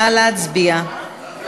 נא להצביע.